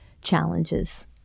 challenges